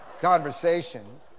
conversation